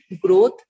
growth